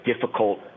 difficult